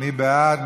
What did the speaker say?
מי בעד?